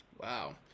Wow